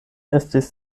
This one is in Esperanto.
estis